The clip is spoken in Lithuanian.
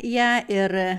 ją ir